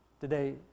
Today